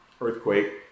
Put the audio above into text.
earthquake